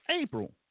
April